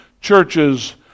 churches